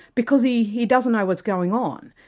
because he he doesn't know what's going on.